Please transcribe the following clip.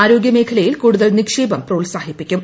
ആരോഗ്യ മേഖലയിൽ കൂടുതൽ നിക്ഷേപം പ്രോത്സാഹിപ്പിക്കും